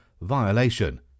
violation